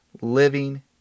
Living